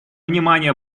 внимание